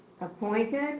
Appointed